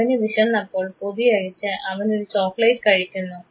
അവന് വിശന്നപ്പോൾ പൊതിയഴിച്ച് അവനൊരു ചോക്ലേറ്റ് കഴിക്കുന്നു